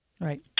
Right